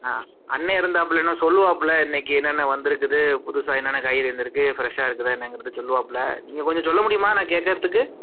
ஆ அண்ண இருந்தாப்பிலன்னா சொல்லுவாப்பில இன்னைக்கு என்னென்ன வந்திருக்குது புதுசாக என்னென்ன காய்கறி வந்துருக்குது ஃப்ரெஷ்ஷாக இருக்குதா என்னங்கிறத சொல்லுவாப்பில நீங்கள் கொஞ்சம் சொல்ல முடியுமா நான் கேக்கிறத்துக்கு